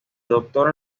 doctora